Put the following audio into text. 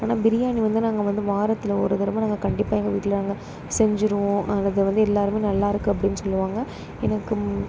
ஆனால் பிரியாணி வந்து நாங்கள் வந்து வாரத்தில் ஒரு தடவை நாங்கள் கண்டிப்பாக எங்கள் வீட்டில் நாங்கள் செஞ்சுருவோம் அதில் வந்து எல்லோருமே நல்லாயி ருக்குனு அப்படினு சொல்லுவாங்க எனக்கு